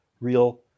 real